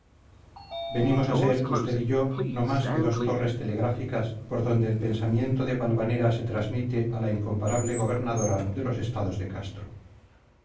venimos a ser usted y yo no más que dos torres telegráficas por donde el pensamiento de valvanera se transmite a la incomparable gobernadora de los estados de castro